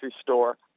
store